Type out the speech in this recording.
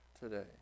today